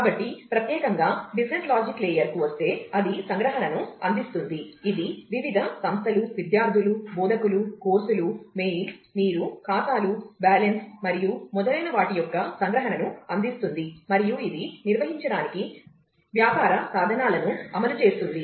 కాబట్టి ప్రత్యేకంగా business logic layer కు వస్తే అది సంగ్రహణను అందిస్తుంది ఇది వివిధ సంస్థలు విద్యార్థులు బోధకులు కోర్సులు మెయిల్స్ మీ ఖాతాలు బ్యాలెన్స్ మరియు మొదలైన వాటి యొక్క సంగ్రహణను అందిస్తుంది మరియు ఇది నిర్వహించడానికి వ్యాపార సాధనాలను అమలు చేస్తుంది